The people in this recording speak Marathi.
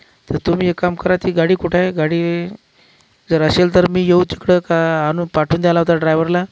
तर तुम्ही एक काम करा ती गाडी कुठं आहे गाडी जर असेल तर मी येऊ तिकडं का आणू पाठवून द्या लावता ड्रायव्हरला